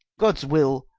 gods will,